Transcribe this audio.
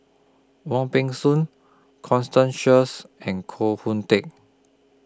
Wong Peng Soon Constance Sheares and Koh Hoon Teck